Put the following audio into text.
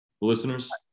listeners